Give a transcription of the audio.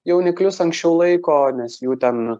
jauniklius anksčiau laiko nes jų ten